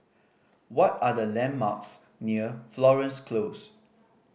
what are the landmarks near Florence Close